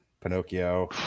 Pinocchio